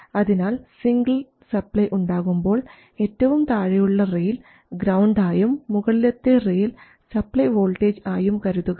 അതിനാൽ single supply ഉണ്ടാകുമ്പോൾ ഏറ്റവും താഴെയുള്ള റെയിൽ ഗ്രൌണ്ട് ആയും മുകളിലത്തെ റെയിൽ സപ്ലൈ വോൾട്ടേജ് ആയും കരുതുക